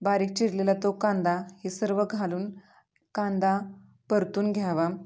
बारीक चिरलेला तो कांदा हे सर्व घालून कांदा परतून घ्यावा